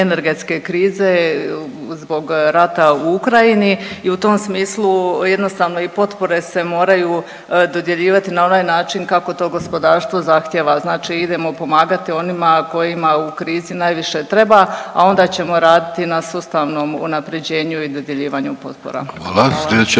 energetske krize zbog rata u Ukrajini i u tom smislu jednostavno i potpore se moraju dodjeljivati na onaj način kako to gospodarstvo zahtijeva. Znači idemo pomagati onima kojima u krizi najviše treba, a onda ćemo raditi na sustavnom unaprjeđenju i dodjeljivanju potpora. Hvala.